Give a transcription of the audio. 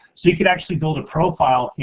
so you could actually build a profile,